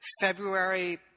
February